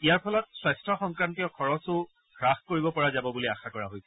ইয়াৰ ফলত স্বাস্থ্য সংক্ৰান্তীয় খৰছো হ্মাস কৰিব পৰা যাব বুলি আশা কৰা হৈছে